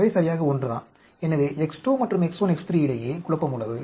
எனவே X2 மற்றும் X1 X3 இடையே குழப்பம் உள்ளது